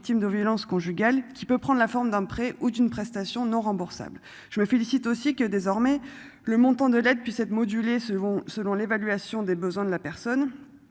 de violences conjugales qui peut prendre la forme d'un prêt ou d'une prestation non remboursable. Je me félicite aussi que désormais le montant de l'aide puisse être modulée selon selon l'évaluation des besoins de la personne.